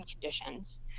conditions